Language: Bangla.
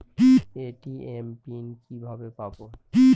এ.টি.এম পিন কিভাবে পাবো?